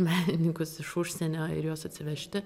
menininkus iš užsienio ir juos atsivežti